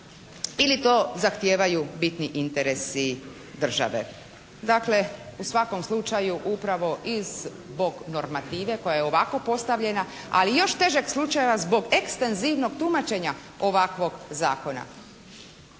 Ili to zahtijevaju bitni interesi države? Dakle, u svakom slučaju upravo i zbog normative koja je ovako postavljena ali još težeg slučaja zbog ekstenzivnog tumačenja ovakvog zakona.